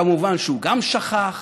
כמובן, הוא גם שכח